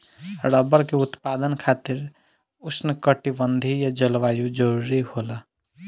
rubber के उत्पादन खातिर उष्णकटिबंधीय जलवायु जरुरी होला